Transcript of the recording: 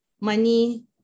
money